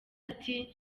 ati